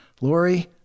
Lori